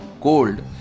cold